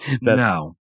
No